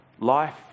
life